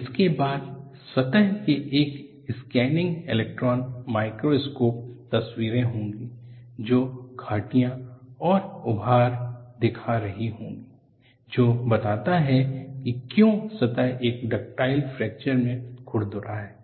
उसके बाद सतह के एक स्कैनिंग इलेक्ट्रॉन माइक्रोस्कोप तसवीरें होगी जो घाटियां और उभार देखा रही होगी जो बताता है कि क्यों सतह एक डक्टाइल फ्रैक्चर में खुरदुरा है